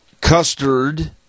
custard